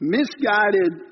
misguided